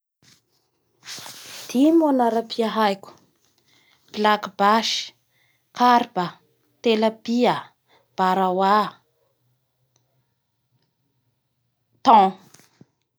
Dimy ny anarapia haiki, blakibasy, karpa, telapia, baraoa, thon.